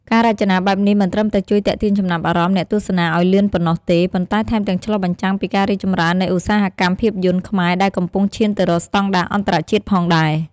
ការរចនាបែបនេះមិនត្រឹមតែជួយទាក់ទាញចំណាប់អារម្មណ៍អ្នកទស្សនាឱ្យលឿនប៉ុណ្ណោះទេ ប៉ុន្តែថែមទាំងឆ្លុះបញ្ចាំងពីការរីកចម្រើននៃឧស្សាហកម្មភាពយន្តខ្មែរដែលកំពុងឈានទៅរកស្តង់ដារអន្តរជាតិផងដែរ ។